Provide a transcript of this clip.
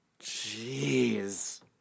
Jeez